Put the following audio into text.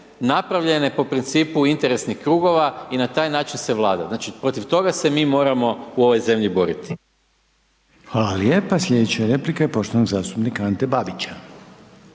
napravljene po principu interesnih krugova i na taj način se vlada. Znači protiv toga se mi moramo u ovoj zemlji boriti. **Reiner, Željko (HDZ)** Hvala lijepo. Sljedeća replika je poštovanog zastupnika Ante Babića.